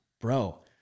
Bro